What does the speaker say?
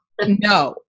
No